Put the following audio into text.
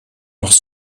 was